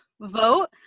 vote